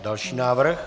Další návrh.